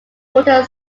water